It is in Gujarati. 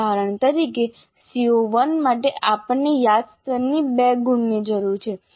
ઉદાહરણ તરીકે CO1 માટે આપણને યાદ સ્તરથી 2 ગુણની જરૂર છે